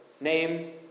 name